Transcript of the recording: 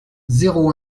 zéro